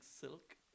silk